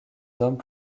hommes